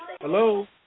Hello